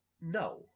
no